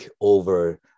over